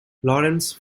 lawrence